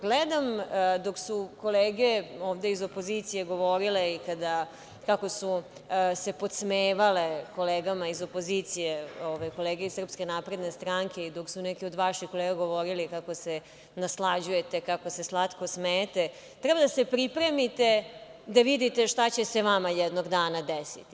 Gledam, dok su kolege ovde iz opozicije govorile i kako su podsmevale kolegama iz opozicije kolege iz SNS i kako su neki od vaših kolega kako se naslađujete, kako se slatko smejete, treba da se pripremite da vidite šta će se vama jednog dana desiti.